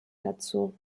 dazu